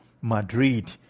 Madrid